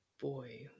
boy